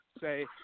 say